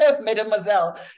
mademoiselle